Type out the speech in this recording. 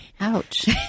ouch